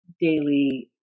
daily